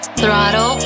throttle